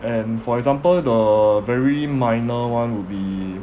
and for example the very minor one would be